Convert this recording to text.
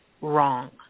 wrong